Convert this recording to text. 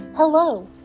Hello